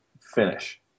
finish